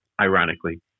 ironically